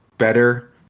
better